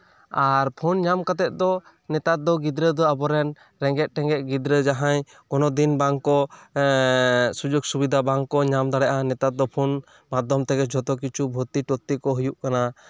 ᱟᱨ phone ᱧᱟᱢ ᱠᱟᱛᱮᱜ ᱫᱚ ᱱᱮᱛᱟᱨ ᱫᱚ ᱜᱤᱫᱽᱨᱟᱹ ᱫᱚ ᱟᱵᱚᱨᱮᱱ ᱨᱮᱸᱜᱮᱡ ᱴᱮᱸᱜᱮᱡ ᱜᱤᱫᱽᱨᱟᱹ ᱡᱟᱦᱟᱸᱭ ᱠᱳᱱᱳ ᱫᱤᱱ ᱵᱟᱝ ᱠᱚ ᱮᱸ ᱥᱩᱡᱳᱜᱽ ᱥᱩᱵᱤᱫᱷᱟ ᱵᱟᱝᱠᱚ ᱧᱟᱢ ᱫᱟᱲᱮᱭᱟᱜᱼᱟ ᱱᱮᱛᱟᱨ ᱫᱚ ᱯᱷᱳᱱ ᱢᱟᱫᱽᱫᱷᱚᱢ ᱛᱮᱜᱮ ᱡᱷᱚᱛᱚ ᱠᱤᱪᱷᱩ ᱵᱷᱚᱨᱛᱤ ᱴᱚᱨᱛᱤ ᱠᱚ ᱦᱩᱭᱩᱜ ᱠᱟᱱᱟ